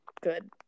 good